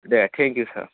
दे thank you सार